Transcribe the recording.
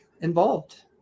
involved